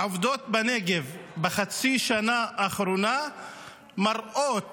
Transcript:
העובדות בנגב בחצי השנה האחרונה מראות